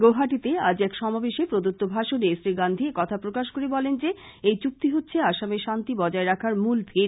গৌহাটীতে আজ এক সমাবেশে প্রদত্ত ভাষনে শ্রীগান্ধী একথা প্রকাশ করে বলেন যে এই চুক্তি হচ্ছে আসামে শান্তি বজায় রাখার মূলভিত